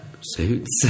suits